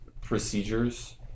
procedures